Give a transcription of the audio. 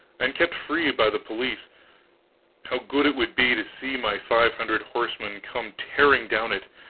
and kept free by the police how good it would be to see my five hundred horsemen come tearing down it!